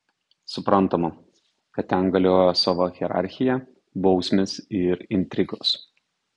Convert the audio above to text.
suprantama kad ten galiojo sava hierarchija bausmės ir intrigos